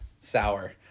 sour